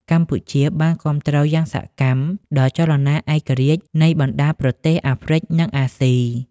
កម្ពុជាបានគាំទ្រយ៉ាងសកម្មដល់ចលនាឯករាជ្យនៃបណ្តាប្រទេសអាហ្វ្រិក និងអាស៊ី។